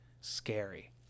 scary